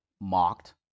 mocked